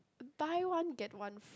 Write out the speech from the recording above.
buy one get one f~